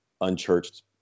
Unchurched